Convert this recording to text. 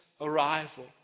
arrival